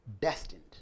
destined